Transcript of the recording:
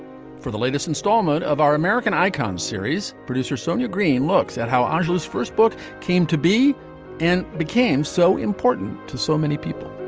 for the latest installment of our american icon series producer sonia green looks at how angelou's first book came to be and became so important to so many people